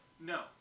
No